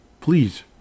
Please